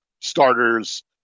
starters